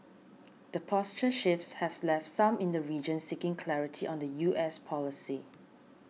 the posture shifts have left some in the region seeking clarity on the U S policy